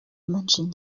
мӗншӗн